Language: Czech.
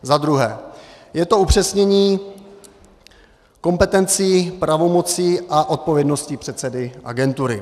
Zadruhé je to upřesnění kompetencí, pravomocí a odpovědnosti předsedy agentury.